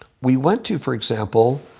we went to, for example,